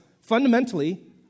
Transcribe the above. fundamentally